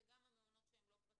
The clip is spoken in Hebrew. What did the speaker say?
אלה גם המעונות שהם לא פרטיים